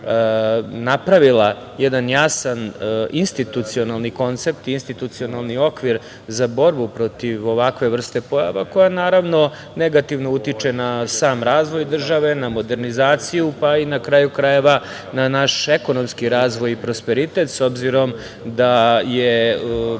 napravila jedan jasan institucionalni koncept, institucionalni okvir za borbu protiv ovakve vrste pojava, koja naravno negativno utiče na sam razvoj države, na modernizaciju, pa i na kraju krajeva na naš ekonomski razvoj i prosperitet, s obzirom da je praksa